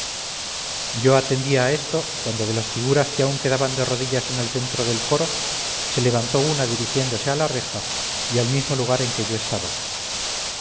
yo atendía a esto cuando de las figuras que aún quedaban de rodillas en el centro del coro se levantó una dirigiéndose a la reja y al mismo lugar en que yo estaba